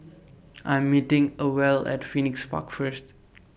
I Am meeting Ewell At Phoenix Park First